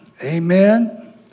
Amen